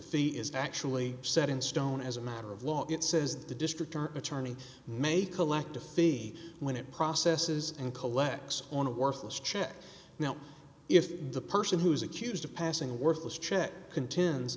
fee is actually set in stone as a matter of law it says the district attorney may collect a fee when it processes and collects on a worthless check now if the person who's accused of passing a worthless check contends